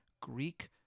Greek